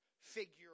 figure